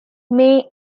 mae